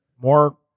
more